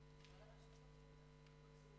883, 895,